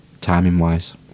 timing-wise